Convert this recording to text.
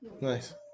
Nice